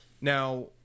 now